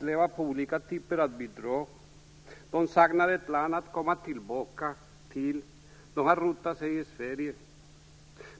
leva på olika typer av bidrag. De saknar ett land att åka tillbaka till och de har rotat sig i Sverige.